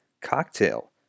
Cocktail